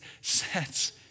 sets